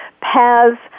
paths